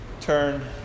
turn